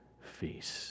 feast